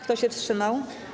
Kto się wstrzymał?